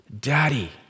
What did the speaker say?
daddy